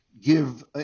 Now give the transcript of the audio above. give